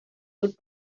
would